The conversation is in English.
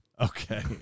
Okay